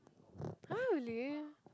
!huh! really